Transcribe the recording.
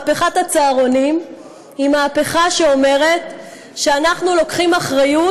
מהפכת הצהרונים היא מהפכה שאומרת שאנחנו לוקחים אחריות